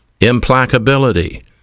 implacability